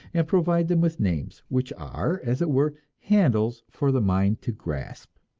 and provide them with names, which are, as it were, handles for the mind to grasp.